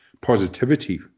Positivity